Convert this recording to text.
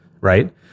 right